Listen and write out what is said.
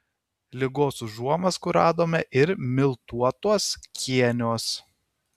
ligos užuomazgų radome ir miltuotuos kėniuos